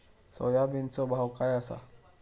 सोयाबीनचो भाव काय आसा?